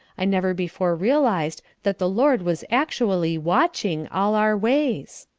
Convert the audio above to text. i never before realized that the lord was actually watching all our ways.